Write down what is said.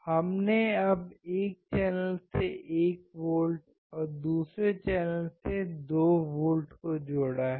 हमने अब एक चैनल से 1 वोल्ट और दूसरे चैनल से 2 वोल्ट को जोड़ा है